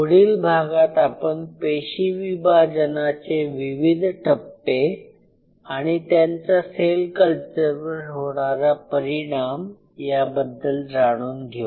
पुढील भागात आपण पेशी विभाजनाचे विविध टप्पे आणि त्यांचा सेल कल्चरवर होणारा परिणाम याबद्दल जाणून घेऊ